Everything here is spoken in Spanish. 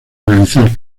realizar